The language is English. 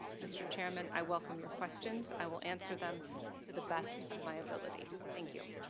mr. chairman, i welcome your questions. i will answer them to the best of my ability. thank you.